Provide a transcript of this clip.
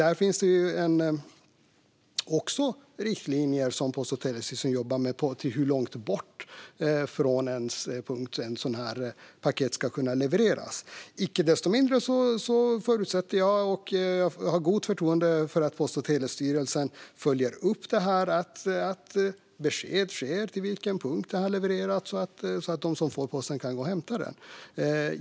Där finns också riktlinjer som Post och telestyrelsen jobbar med om hur långt bort från en sådan punkt paket ska kunna levereras. Icke desto mindre har jag gott förtroende för att Post och telestyrelsen följer upp att besked ges om till vilken punkt paketet levereras så att den som får posten kan hämta paketet.